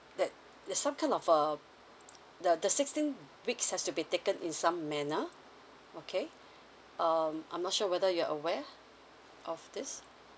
that there's some kind of a the the sixteen weeks has to be taken in some manner okay um I'm not sure whether you're aware of this